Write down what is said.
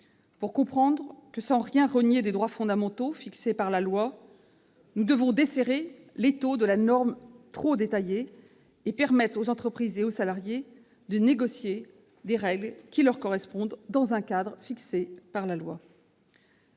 pour comprendre que, sans rien renier des droits fondamentaux fixés par la loi, nous devons desserrer l'étau de la norme trop détaillée et permettre aux entreprises et aux salariés de négocier les règles qui leur correspondent dans un cadre fixé par la loi.